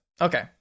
Okay